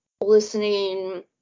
listening